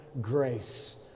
grace